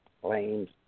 claims